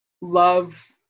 love